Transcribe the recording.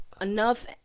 enough